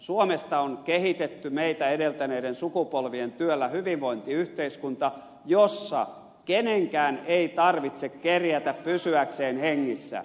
suomesta on kehitetty meitä edeltäneiden sukupolvien työllä hyvinvointiyhteiskunta jossa kenenkään ei tarvitse kerjätä pysyäkseen hengissä